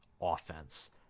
offense